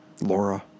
Laura